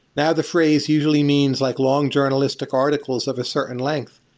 now, the phrase usually means like long journalistic articles of a certain length.